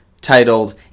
titled